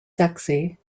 sexy